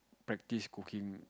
practice cooking